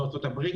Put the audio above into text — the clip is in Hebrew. זאת ארצות הברית,